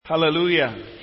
Hallelujah